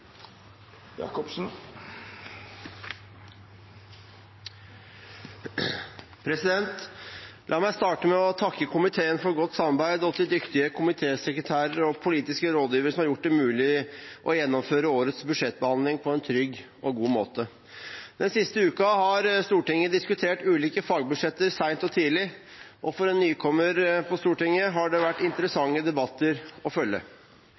La meg starte med å takke komiteen for godt samarbeid, og en takk til dyktige komitésekretærer og politiske rådgivere som har gjort det mulig å gjennomføre årets budsjettbehandling på en trygg og god måte. Den siste uken har Stortinget diskutert ulike fagbudsjetter sent og tidlig, og for en nykommer på Stortinget har det vært interessante debatter å følge.